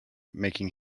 making